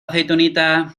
aceitunita